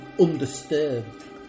undisturbed